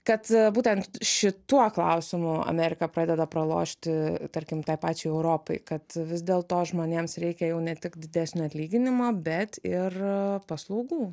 kad būtent šituo klausimu amerika pradeda pralošti tarkim tai pačiai europai kad vis dėl to žmonėms reikia jau ne tik didesnio atlyginimo bet ir paslaugų